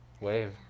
Wave